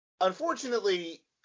unfortunately